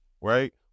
right